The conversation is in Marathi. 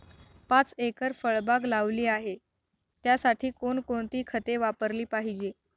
पाच एकर फळबाग लावली आहे, त्यासाठी कोणकोणती खते वापरली पाहिजे?